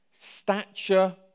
stature